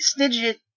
snidget